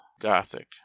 gothic